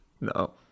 No